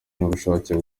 n’ubushake